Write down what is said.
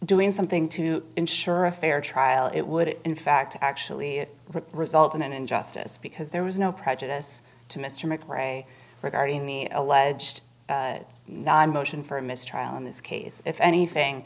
doing something to ensure a fair trial it would in fact actually result in an injustice because there was no prejudice to mr mccray regarding the alleged motion for a mistrial in this case if anything